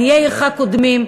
עניי עירך קודמים.